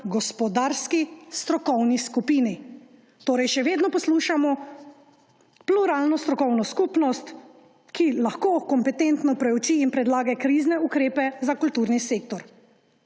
gospodarski strokovni skupini. Torej, še vedno poslušamo pluralno strokovno skupnost, ki lahko kompetentno prouči in predlaga krizne ukrepe za kulturni sektor.